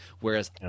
whereas